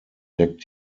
deckt